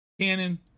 Cannon